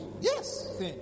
Yes